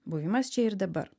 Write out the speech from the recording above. buvimas čia ir dabar